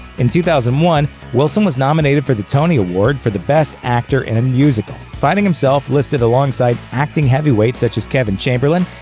in two thousand and one, wilson was nominated for the tony award for the best actor in a musical, finding himself listed alongside acting heavyweights such as kevin chamberlin,